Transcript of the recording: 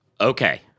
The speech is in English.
Okay